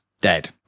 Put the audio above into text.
dead